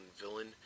villain